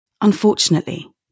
Unfortunately